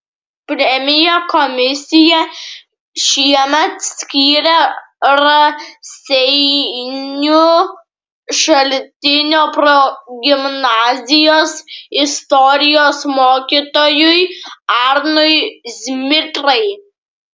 premiją komisija šiemet skyrė raseinių šaltinio progimnazijos istorijos mokytojui arnui zmitrai